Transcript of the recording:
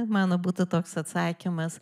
mano būtų toks atsakymas